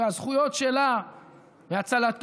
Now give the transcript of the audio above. והזכויות שלה בהצלתו,